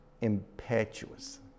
Impetuous